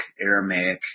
Aramaic